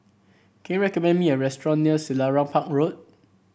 can you recommend me a restaurant near Selarang Park Road